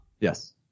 Yes